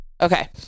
Okay